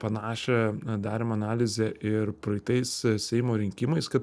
panašią darėm analizę ir praeitais seimo rinkimais kad